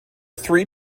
three